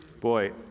Boy